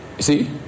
See